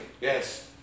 Yes